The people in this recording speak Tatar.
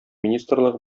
министрлыгы